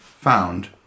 found